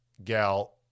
gal